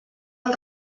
els